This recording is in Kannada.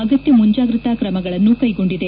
ಅಗತ್ಯ ಮುಂಜಾಗ್ರತಾ ಕ್ರಮಗಳನ್ನೂ ಕೈಗೊಂಡಿದೆ